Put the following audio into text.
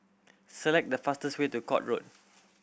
select the fastest way to Court Road